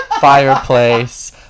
fireplace